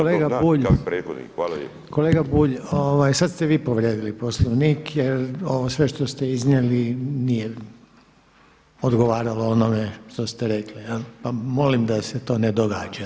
Kolega Bulj, sada ste vi povrijedili Poslovnik jer ovo sve što ste iznijeli nije odgovaralo onome što ste rekli, pa molim da se to ne događa.